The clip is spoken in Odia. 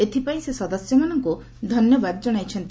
ଏଥିପାଇଁ ସେ ସଦସ୍ୟମାନଙ୍କୁ ଧନ୍ୟବାଦ ଜଣାଇଥିଲେ